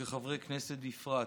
וכחברי כנסת בפרט,